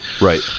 right